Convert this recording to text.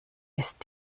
ist